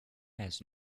has